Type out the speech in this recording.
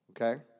Okay